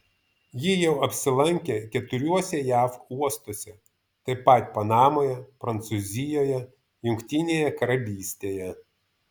ji jau apsilankė keturiuose jav uostuose taip pat panamoje prancūzijoje jungtinėje karalystėje